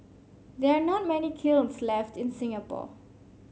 there are not many kilns left in Singapore